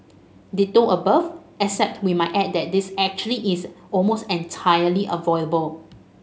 ditto above except we might add that this actually is almost entirely avoidable